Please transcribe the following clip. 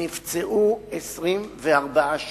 נפצעו 24 שוטרים.